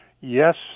Yes